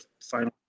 final